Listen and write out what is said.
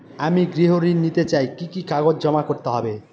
আমি গৃহ ঋণ নিতে চাই কি কি কাগজ জমা করতে হবে?